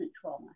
trauma